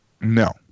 No